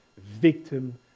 victim